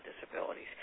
disabilities